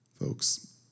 Folks